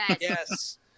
Yes